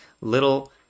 little